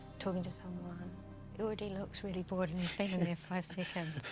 talking to someone. he already looks really bored and he's been in there five seconds.